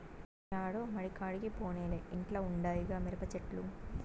యాడో మడికాడికి పోనేలే ఇంట్ల ఉండాయిగా మిరపచెట్లు